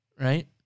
right